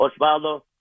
Osvaldo